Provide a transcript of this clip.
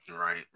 Right